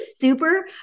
super